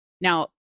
Now